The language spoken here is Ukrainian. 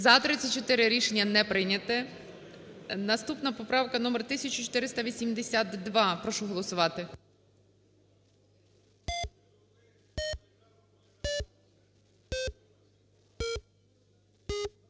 За-30 Рішення не прийняте. І наступна поправка номер 1477. Прошу голосувати.